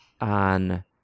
on